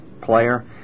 player